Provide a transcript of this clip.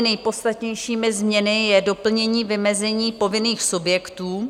Nejpodstatnějšími změnami je doplnění vymezení povinných subjektů.